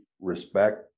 respect